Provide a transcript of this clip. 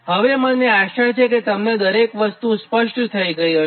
હવેમને આશા છે કે તમને દરેક વસ્તું સ્પષ્ટ થઇ ગઈ હશે